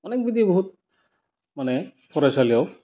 अनेक बिदि बहुथ मानि फरायसालियाव